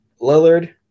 Lillard